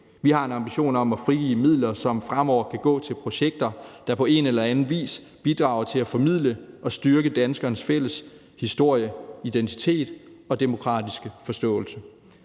Vi har en ambition om at frigive midler, som fremover kan gå til projekter, der på en eller anden vis bidrager til at formidle og styrke danskernes fælles historie, identitet og demokratiske forståelse.